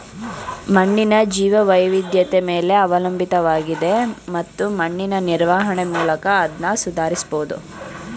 ಮಣ್ಣಿನ ಜೀವವೈವಿಧ್ಯತೆ ಮೇಲೆ ಅವಲಂಬಿತವಾಗಿದೆ ಮತ್ತು ಮಣ್ಣಿನ ನಿರ್ವಹಣೆ ಮೂಲಕ ಅದ್ನ ಸುಧಾರಿಸ್ಬಹುದು